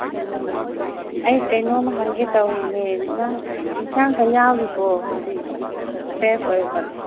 ꯎꯝ ꯑꯩ ꯀꯩꯅꯣꯝꯃ ꯍꯪꯒꯦ ꯇꯧꯔꯤꯅꯦ ꯅꯪ ꯏꯟꯁꯥꯡꯀ ꯌꯥꯎꯔꯤꯕꯣ ꯍꯧꯖꯤꯛ ꯐ꯭ꯔꯦꯁ ꯑꯣꯏꯕ